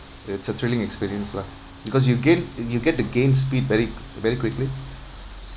it's a thrilling experience lah because you gain uh you get to gain speed very very quickly